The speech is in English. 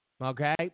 Okay